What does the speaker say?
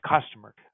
customer